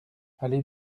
allée